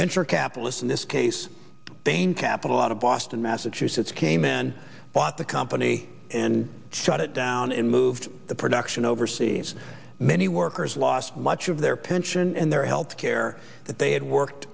venture capitalists in this case bain capital out of boston massachusetts came in bought the company and shut it down and moved the production overseas many workers lost much of their pension and their health care that they had worked